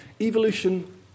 Evolution